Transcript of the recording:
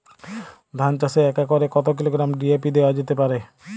ধান চাষে এক একরে কত কিলোগ্রাম ডি.এ.পি দেওয়া যেতে পারে?